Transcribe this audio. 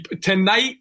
Tonight